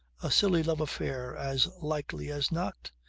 a silly love affair as likely as not,